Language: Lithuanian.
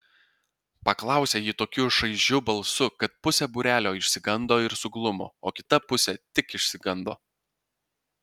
paklausė ji tokiu šaižiu balsu kad pusė būrelio išsigando ir suglumo o kita pusė tik išsigando